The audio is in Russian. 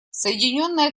соединенное